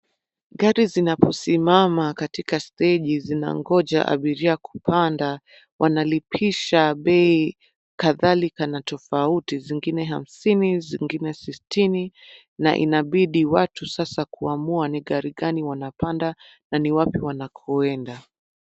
Gari zinaposimama katika stegi, zinangoja abiria kupanda, Wanalipisha bei kadhaika na tofauti, zingine hamsini, zingine sitini , na inabidi watu sasa kuamua ni gari gani wanapanda na ni wapi wanakoenda.